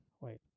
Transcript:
Wait